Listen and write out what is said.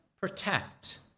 protect